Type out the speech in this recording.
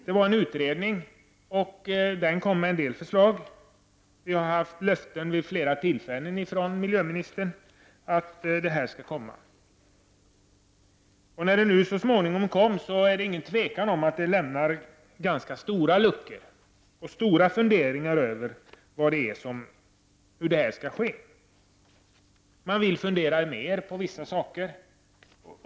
En utredning tillsattes, och den lade fram en del förslag. Vi har vid flera tillfällen fått löften från miljöministern om att en proposition skulle läggas fram. När en proposition så småningom lades fram var det inget tvivel om att det i denna lämnas ganska stora luckor och att den ger upphov till stora funderingar om hur detta skall ske. Regeringen vill fundera mer på vissa saker.